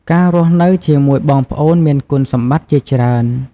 ការរស់នៅជាមួយបងប្អូនមានគុណសម្បត្តិជាច្រើន។